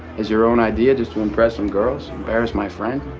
as your own idea just to impress some girls embarrass, my friend